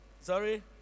Sorry